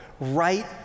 right